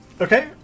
Okay